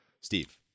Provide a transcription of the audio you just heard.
Steve